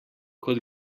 kot